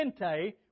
pente